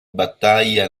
battaglia